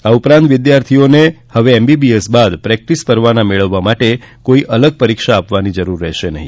આ ઉપરાંત વીદ્યાર્થીઓને હવે એમબીબીએસ બાદ પ્રેકટીસ પરવાના મેળવવા માટે કોઈ અલગ પરીક્ષા આપવાની જરૂર રહેશે નહી